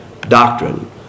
doctrine